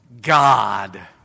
God